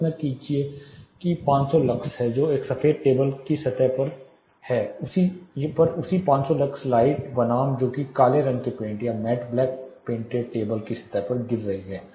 कल्पना कीजिए कि 500 लक्स है जो एक सफेद टेबल की सतह पर उसी 500 लक्स लाइट बनाम जो कि एक काले रंग की पेंट या मैट ब्लैक पेंटेड टेबल की सतह है या गिर रही है